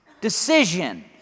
decision